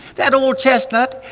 that old chestnut,